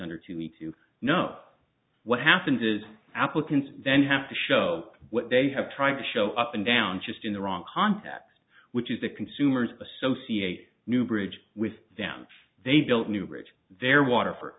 under two weeks you know what happens is applicants then have to show what they have tried to show up and down just in the wrong context which is the consumers associate newbridge with them they've built new bridge their